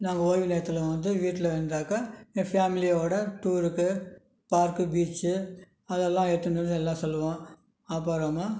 நாங்கள் ஒய்வு நேரத்தில் வந்து வீட்டில் இருந்தாக்க என் ஃபேமிலியோடு டூருக்கு பார்க் பீச்சு அதல்லாம் எடுத்துட்டு வந்து எல்லா செல்லுவோம் அப்புறமா